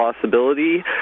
possibility